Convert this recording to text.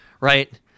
right